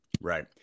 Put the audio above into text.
right